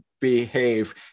behave